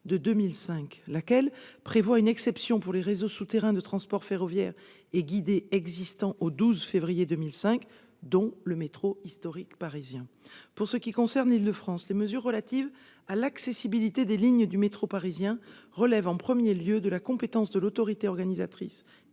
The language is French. de 2005, laquelle prévoit une exception pour les réseaux souterrains de transports ferroviaires et guidés existants au 12 février 2005, dont le métro historique parisien. Pour ce qui concerne l'Île-de-France, les mesures relatives à l'accessibilité des lignes du métro parisien relèvent en premier lieu de la compétence de l'autorité organisatrice